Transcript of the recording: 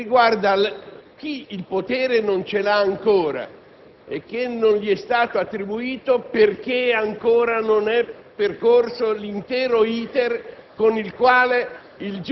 che riguarda i poteri dello Stato e chi il potere non ce l'ha ancora e non gli è stato attribuito perché ancora non è stato